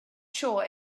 sure